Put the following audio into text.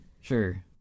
Sure